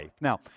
Now